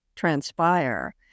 transpire